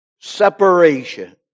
separation